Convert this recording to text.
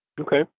Okay